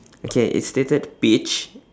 okay it's stated peach